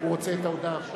התשע"ב 2012,